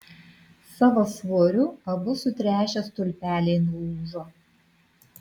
savo svoriu abu sutręšę stulpeliai nulūžo